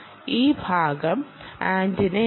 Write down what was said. ഈ ഭാഗം ആന്റിനയാണ്